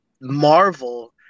Marvel